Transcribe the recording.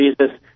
Jesus